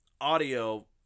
audio